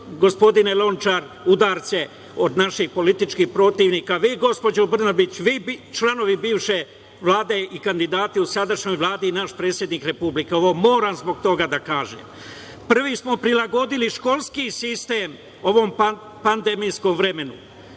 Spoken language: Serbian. gospodine Lončar, udarce od naših političkih protivnika, vi gospođo Brnabić, vi članovi bivše Vlade i kandidati u sadašnjoj Vladi i naš predsednik Republike. Ovo moram zbog toga da kažem, prvi smo prilagodili školski sistem ovom pandemijskom vremenu,